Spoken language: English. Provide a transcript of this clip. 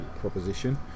proposition